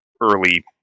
early